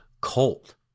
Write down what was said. cold